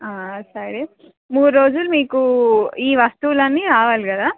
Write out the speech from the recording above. సరే మూడు రోజులు మీకు ఈ వస్తువులు అన్నీ రావాలి కదా